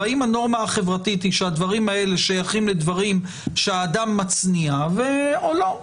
והאם הנורמה החברתית היא שהדברים האלה שייכים לדברים שאדם מצניע או לא.